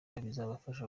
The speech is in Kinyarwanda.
bizabafasha